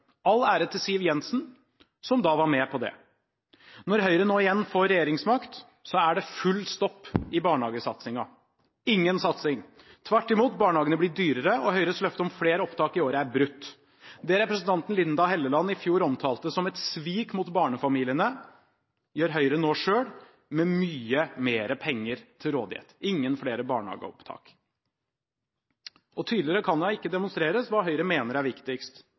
All ære til Siv Jensen, som da var med på det. Når Høyre nå igjen får regjeringsmakt, er det full stopp i barnehagesatsingen – ingen satsing. Tvert imot: Barnehagene blir dyrere, og Høyres løfte om flere opptak i året er brutt. Det representanten Linda C. Hofstad Helleland i fjor omtalte som et svik mot barnefamiliene, gjør Høyre nå selv, med mye mer penger til rådighet – ingen flere barnehageopptak. Tydeligere kan det ikke demonstreres hva Høyre mener er viktigst.